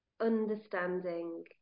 understanding